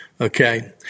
Okay